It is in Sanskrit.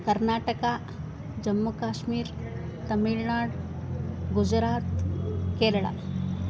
कर्नाटका जम्मुकाश्मीर् तमिळ्नाड् गुजरात् केरळा